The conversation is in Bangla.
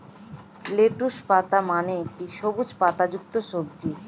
লেটুস পাতা মানে একটি সবুজ পাতাযুক্ত সবজি